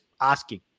asking